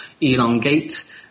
elongate